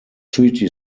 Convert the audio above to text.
treaty